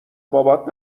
بابات